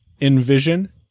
Envision